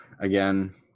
again